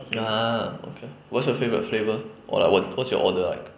ah okay what is your favourite flavour or like what's what's your order like